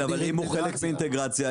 אם הוא חלק מאינטגרציה?